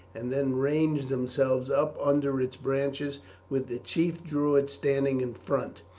and then ranged themselves up under its branches with the chief druid standing in front.